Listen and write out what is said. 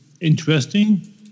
interesting